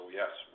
yes